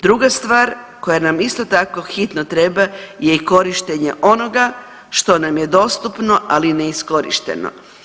Druga stvar koja nam isto tako hitno treba je i korištenje onoga nam je dostupno ali neiskorišteno.